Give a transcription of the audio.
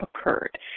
occurred